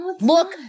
look